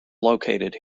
located